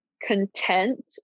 content